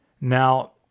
Now